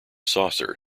saucer